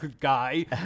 guy